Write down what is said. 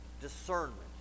discernment